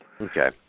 Okay